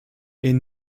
est